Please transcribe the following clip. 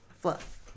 fluff